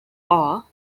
are